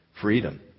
freedom